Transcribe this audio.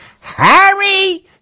Harry